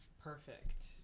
perfect